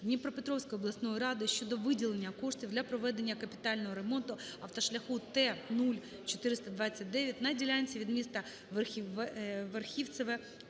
Дніпропетровської обласної ради щодо виділення коштів для проведення капітального ремонту автошляху Т0429, на ділянці від містаВерхівцеве